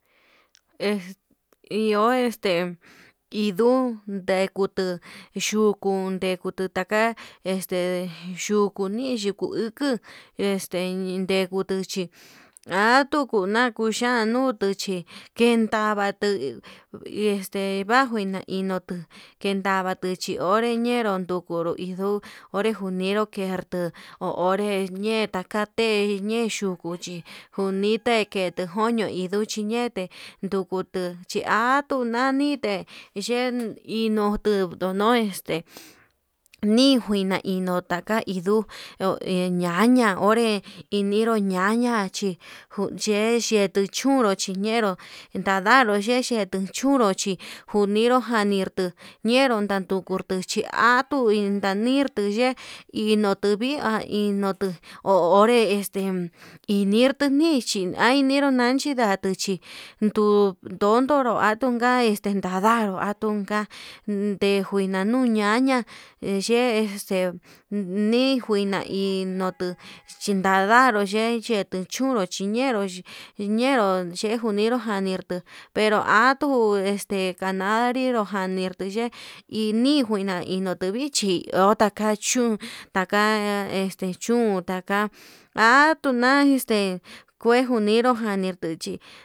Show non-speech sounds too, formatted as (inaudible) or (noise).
(hesitation) Iho este induu dukutu yuku ndekutu taka este yukuni yuku uku este ndeku nduchi hatuku nakuxhia, anutu chí kendavatu este vajuina inutu kendavatu chionre ñenru ndukuru induu, onre njuninru kertuu ho onré ñeta ka'a té ñuxhunjuchi uñita ketu njoño induchí chiñete ndukutu, chiatuu ñanite ye'e indutu ndonoe este nijuina ino'o taka induu, eñaña onré iñindo ñaña chi yeye yetuu junro chiñenró entandaro yechete chunro chí njuñiro janirtu ñenru kuntartu kutu chí ñenró atuu iin ndarnitu yee inotu vi'í, ha inituu a onré inirtu nichi nai ininró nanchi ndarchi duu tontonro atungai xentadanró agunga denjuña nduni ñaña eye este nijuina, ino'o chinadanro yei yetechunru chiñenro ye'e njuñinru janir pero atuu jana ninró narnite ye'e hinii njuina inirno tenichi ho taka chún taka este chún taka atuu na'a este kuer njuniru jarni tuchí.